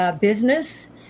business